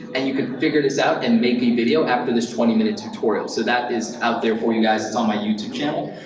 and you could figure this out and make a video after this twenty minute tutorial. so that is out there for you guys. it's on my youtube channel.